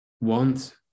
want